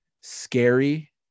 scary